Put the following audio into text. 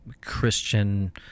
Christian